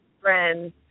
friends